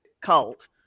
cult